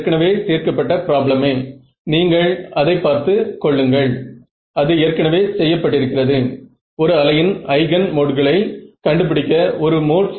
எனவேதான் நீங்கள் delta testing பங்க்ஷனை பயன்படுத்துகிறீர்கள்